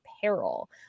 peril